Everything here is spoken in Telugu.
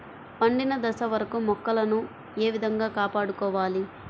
పండిన దశ వరకు మొక్కలను ఏ విధంగా కాపాడుకోవాలి?